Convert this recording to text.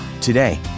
Today